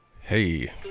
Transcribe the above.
Hey